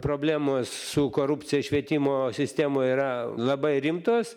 problemos su korupcija švietimo sistemoj yra labai rimtos